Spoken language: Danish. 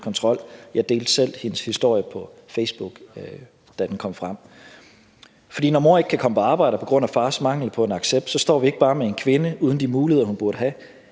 Jeg delte selv hendes historie på Facebook, da den kom frem. For når mor ikke kan komme på arbejde på grund af fars mangel på accept, står vi ikke bare med en kvinde uden de muligheder, hun burde have,